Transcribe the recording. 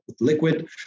liquid